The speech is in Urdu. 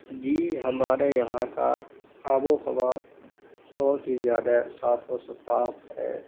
جی ہمارے یہاں کا آب و ہوا بہت ہی زیادہ صاف اور شفاف ہے